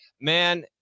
man